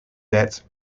betts